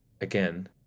Again